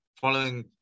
following